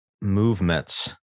movements